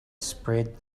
spread